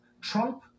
Trump